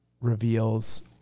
reveals